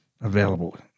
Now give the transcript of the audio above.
available